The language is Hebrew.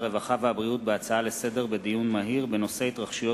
הרווחה והבריאות בעקבות דיון מהיר בנושא: התרחשויות